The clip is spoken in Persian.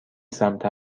سمت